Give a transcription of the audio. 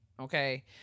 Okay